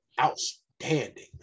outstanding